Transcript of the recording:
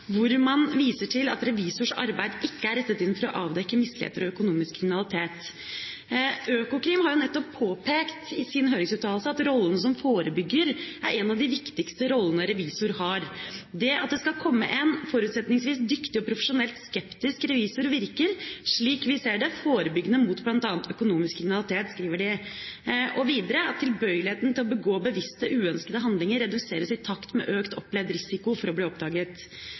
hvor man «viser til at revisors arbeid ikke er rettet inn for å avdekke misligheter og økonomisk kriminalitet». Økokrim har nettopp påpekt i sin høringsuttalelse: «Rollen som forebygger er en av de viktigste rollene revisor har. Det at det skal komme en – forutsetningsvis dyktig og profesjonelt skeptisk – revisor virker, slik vi ser det, forebyggende mot blant annet økonomisk kriminalitet. Tilbøyeligheten til å begå bevisste uønskede handlinger reduseres i takt med økt opplevd risiko for å bli oppdaget.»